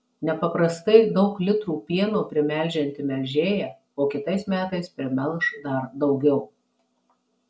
nepaprastai daug litrų pieno primelžianti melžėja o kitais metais primelš dar daugiau